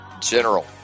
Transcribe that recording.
general